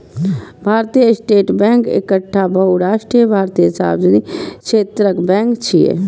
भारतीय state bank एकटा बहुराष्ट्रीय भारतीय सार्वजनिक क्षेत्रक बैंक छियै